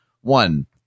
one